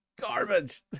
garbage